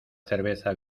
cerveza